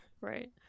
right